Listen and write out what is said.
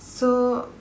so